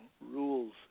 rules